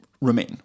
remain